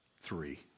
Three